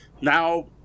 Now